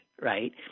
right